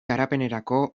garapenerako